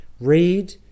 read